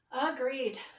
Agreed